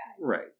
Right